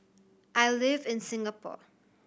I live in Singapore